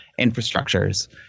infrastructures